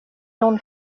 non